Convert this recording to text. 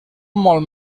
molts